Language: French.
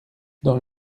dans